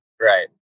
right